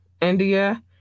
India